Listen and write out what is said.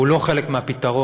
הוא לא חלק מהפתרון.